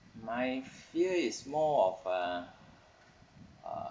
my fear is more of a uh